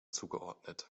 zugeordnet